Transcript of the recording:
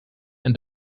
and